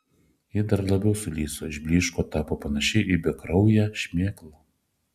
ji dar labiau sulyso išblyško tapo panaši į bekrauję šmėklą